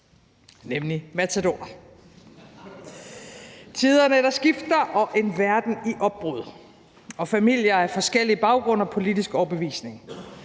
nemlig Matador. Det er tiderne, der skifter, og en verden i opbrud, og familier af forskellig baggrund og politisk overbevisning.